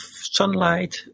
sunlight